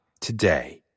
today